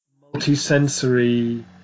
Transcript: multi-sensory